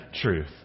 truth